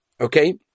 okay